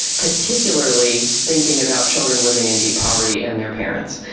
particularly thinking about children living in deep poverty and their parents.